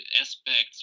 aspects